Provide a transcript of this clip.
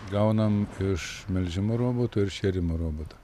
gaunam iš melžimo robotų ir šėrimo roboto